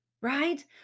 right